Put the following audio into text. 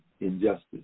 injustice